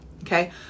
Okay